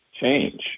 change